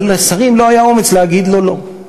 אבל לשרים לא היה אומץ להגיד לו לא.